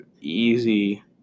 easy